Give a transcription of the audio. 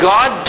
God